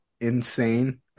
insane